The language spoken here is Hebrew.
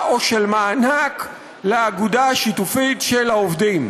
או של מענק לאגודה השיתופית של העובדים.